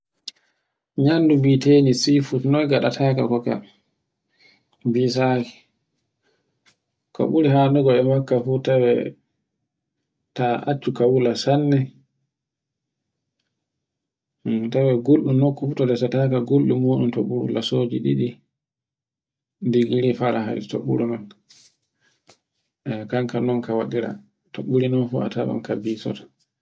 nyamdu bitendu seafood noy ngaɗata ka faka. Bisaki, ko ɓuri hanu e makka fu tawe ta accu ka wula sanne, tawe gulɗun non nokku fo resataka to ɓuru lasoji ɗiɗi digiri farahiyt to ɓuri non. E kankan non ka waɗira to ɓuri non fu a tawan ka bisoto.